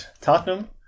Tottenham